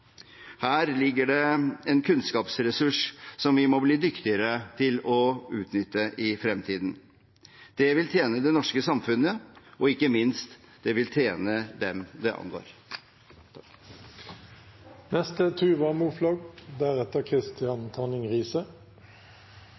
Her ligger det en kunnskapsressurs som vi må bli dyktigere til å utnytte i fremtiden. Det vil tjene det norske samfunnet – og, ikke minst, det vil tjene dem det angår.